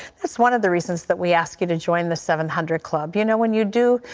it is one of the reasons that we ask you to join the seven hundred club. you know when you do,